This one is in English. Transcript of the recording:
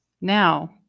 now